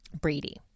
Brady